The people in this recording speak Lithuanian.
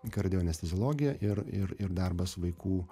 kardijo anesteziologija ir ir ir darbas vaikų